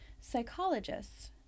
Psychologists